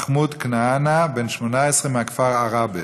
מחמוד כנאענה בן 18 מהכפר עראבה,